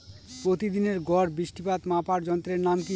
প্রতিদিনের গড় বৃষ্টিপাত মাপার যন্ত্রের নাম কি?